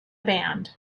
band